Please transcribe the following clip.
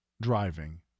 driving